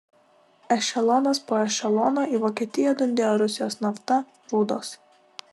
ešelonas po ešelono į vokietiją dundėjo rusijos nafta rūdos